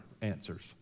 answers